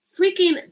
freaking